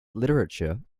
literature